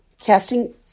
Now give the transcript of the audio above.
Casting